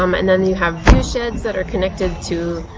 um and then you have viewsheds that are connected to